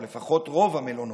או לפחות רוב המלונות,